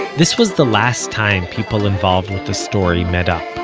this was the last time people involved with the story met up.